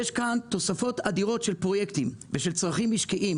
יש תוספות אדירות של פרויקטים ושל צרכים משקיים,